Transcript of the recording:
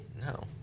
No